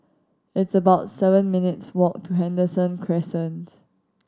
it's about seven minutes' walk to Henderson Crescent